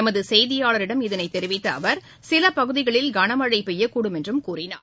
எமது செய்தியாளரிடம் இதனைத் தெரிவித்த அவர் சில பகுதிகளில் கனமழை பெய்யக்கூடும் என்றும் கூறினார்